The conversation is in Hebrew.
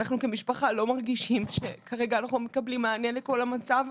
אנחנו כמשפחה לא מרגישים שאנחנו מקבלים מענה לכל המצב,